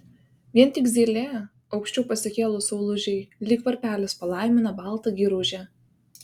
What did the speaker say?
vien tik zylė aukščiau pasikėlus saulužei lyg varpelis palaimina baltą giružę